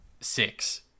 Six